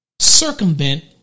circumvent